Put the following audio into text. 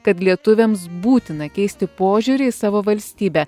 kad lietuviams būtina keisti požiūrį į savo valstybę